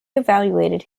evaluated